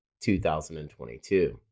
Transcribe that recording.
2022